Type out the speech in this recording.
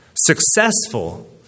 Successful